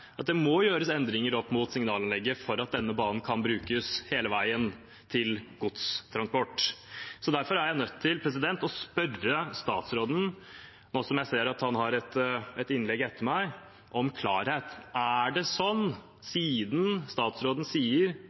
må gjøres endringer opp mot signalanlegget for at denne banen kan brukes hele veien til godstransport. Derfor er jeg nødt til å spørre statsråden, nå som jeg ser at han skal ha innlegg etter meg, om klarhet: Er det sånn, siden statsråden sier